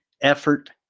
effort